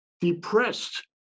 depressed